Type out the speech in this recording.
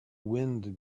wind